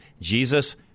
Jesus